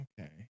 okay